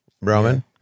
Roman